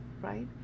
right